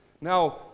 now